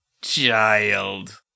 child